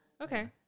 okay